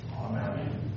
Amen